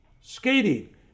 Skating